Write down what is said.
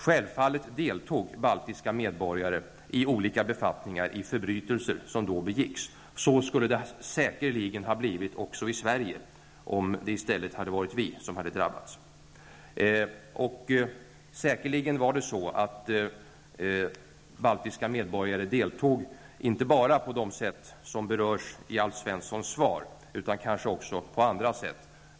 Självfallet deltog baltiska medborgare i olika befattningar i förbrytelser som då begicks. Så skulle det säkerligen ha blivit också i Sverige om det i stället hade varit vi som hade drabbats. Och säkerligen deltog baltiska medborgare inte bara på de sätt som berörs i Alf Svenssons svar utan kanske också på andra sätt.